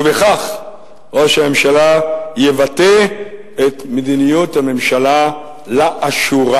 ובכך ראש הממשלה יבטא את מדיניות הממשלה לאשורה.